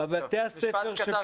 משפט קצר,